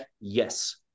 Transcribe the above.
Yes